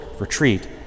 retreat